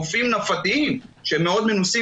משום מה רופאים נפתיים שהם מאוד מנוסים